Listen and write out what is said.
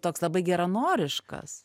toks labai geranoriškas